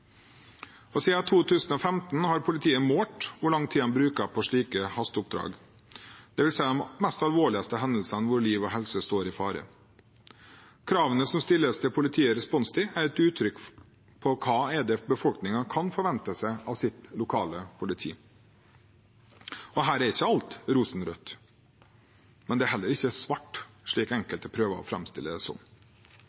2015 har politiet målt hvor lang tid de bruker på slike hasteoppdrag, dvs. de mest alvorlige hendelsene, hvor liv og helse står i fare. Kravene som stilles til politiets responstid, er et uttrykk for hva befolkningen kan forvente seg av sitt lokale politi. Her er ikke alt rosenrødt, men det er heller ikke svart, slik